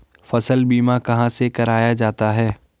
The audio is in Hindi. फसल बीमा कहाँ से कराया जाता है?